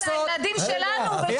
חלק מהנושא זה הילדים שלנו וזה אנחנו.